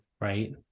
right